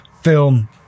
film